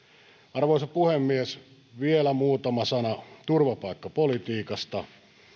arvoisa puhemies vielä muutama sana turvapaikkapolitiikasta